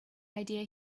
idea